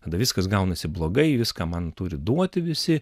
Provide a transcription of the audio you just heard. tada viskas gaunasi blogai viską man turi duoti visi